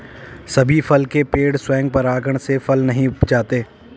सभी फल के पेड़ स्वयं परागण से फल नहीं उपजाते